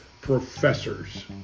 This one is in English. professors